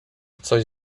coś